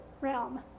realm